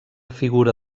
figura